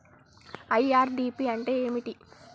IRDP అంటే ఏమిటి?